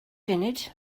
funud